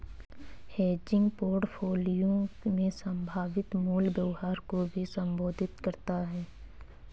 hedging portfolio में संभावित मूल्य व्यवहार को भी संबोधित करता हैं